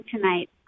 tonight